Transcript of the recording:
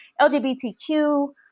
LGBTQ